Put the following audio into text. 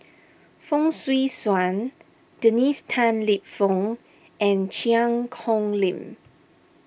Fong Swee Suan Dennis Tan Lip Fong and Cheang Kong Lim